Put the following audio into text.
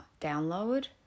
download